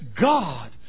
God